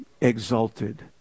Exalted